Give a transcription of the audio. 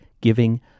giving